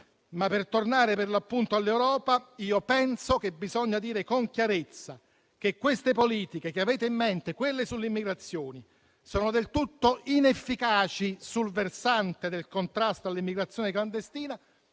per tornare all'Europa, penso che bisogni dire con chiarezza che le politiche che avete in mente sull'immigrazione sono del tutto inefficaci sul versante del contrasto all'immigrazione clandestina,